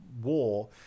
war